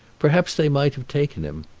perhaps they might have taken him.